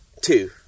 two